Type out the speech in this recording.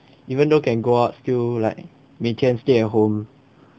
even though can go out still like 每天 stay at home